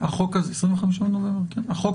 הוא היום